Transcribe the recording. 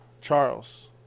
Charles